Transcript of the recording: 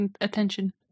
attention